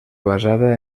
basada